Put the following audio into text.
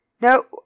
No